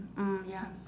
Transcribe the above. mm ya